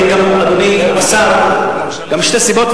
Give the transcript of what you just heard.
ואני אגיד לאדוני השר שתי סיבות,